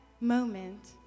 moment